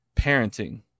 parenting